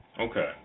Okay